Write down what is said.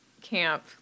camp